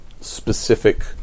specific